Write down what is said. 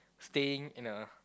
staying in a